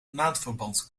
maandverband